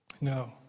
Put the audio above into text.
No